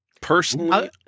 Personally